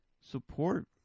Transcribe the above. support